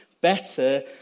better